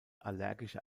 allergische